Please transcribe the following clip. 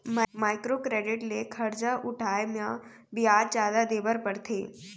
micro credit ले खरजा उठाए म बियाज जादा देबर परथे